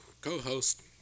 co-host